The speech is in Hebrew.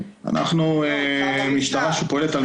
אתה מכיר את הדברים יותר טוב